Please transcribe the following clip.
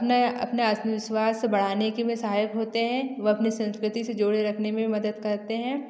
अपने अपने आत्मविश्वास बढ़ाने के वे सहायक होते हैं वह अपने संस्कृति से जोड़े रखने में मदद करते हैं